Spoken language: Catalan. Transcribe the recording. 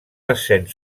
ascens